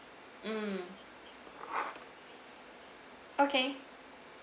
mm okay